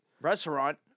restaurant